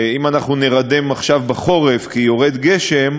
אם אנחנו נירדם עכשיו בחורף כי יורד גשם,